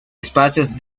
espacios